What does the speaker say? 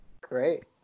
great